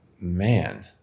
man